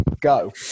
Go